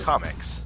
Comics